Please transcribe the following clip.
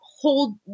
hold